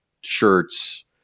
shirts